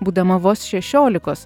būdama vos šešiolikos